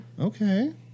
Okay